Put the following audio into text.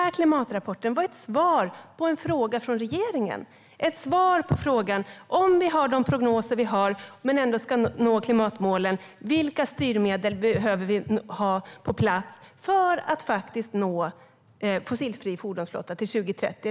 Rapporten var ju ett svar på en fråga från regeringen, ett svar på frågan: Om vi har de prognoser vi har men ändå ska nå klimatmålen, vilka styrmedel behöver vi ha på plats för att nå målen om en fossilfri fordonsflotta till 2030?